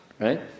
right